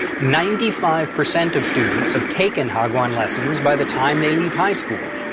ninety-five percent of students have taken hagwon lessons by the time they leave high school.